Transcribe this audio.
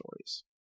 stories